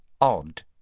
odd